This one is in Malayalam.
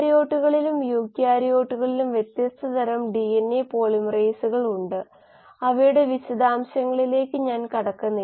ഒരു ബോൾട്ട് നിർമ്മിക്കുന്ന നിരക്കിനെക്കുറിച്ച് നമ്മൾ സംസാരിച്ചു ഓരോ 5 സെക്കൻഡിലും ഓരോ ബോൾട്ട് നിർമ്മിച്ചു ഒരു കാർ എഞ്ചിൻ ഓരോ മണിക്കൂറിലും 1 നിർമ്മിക്കുന്നു